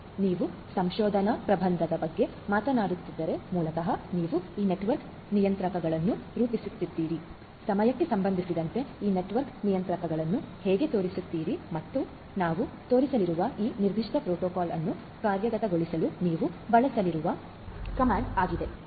ಆದ್ದರಿಂದ ನೀವು ಸಂಶೋಧನಾ ಪ್ರಬಂಧದ ಬಗ್ಗೆ ಮಾತನಾಡುತ್ತಿದ್ದರೆ ಮೂಲತಃ ನೀವು ಈ ನೆಟ್ವರ್ಕ್ ನಿಯತಾಂಕಗಳನ್ನು ರೂಪಿಸುತ್ತೀರಿ ಸಮಯಕ್ಕೆ ಸಂಬಂಧಿಸಿದಂತೆ ಈ ನೆಟ್ವರ್ಕ್ ನಿಯತಾಂಕಗಳನ್ನು ಹೇಗೆ ತೋರಿಸುತ್ತೀರಿ ಮತ್ತು ನಾವು ತೋರಿಸಲಿರುವ ಈ ನಿರ್ದಿಷ್ಟ ಪ್ರೋಟೋಕಾಲ್ ಅನ್ನು ಕಾರ್ಯಗತಗೊಳಿಸಲು ನೀವು ಬಳಸಲಿರುವ ಕಮಾಂಡ್ ಆಗಿದೆ